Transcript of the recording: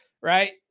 right